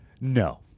No